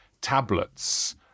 Tablets